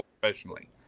professionally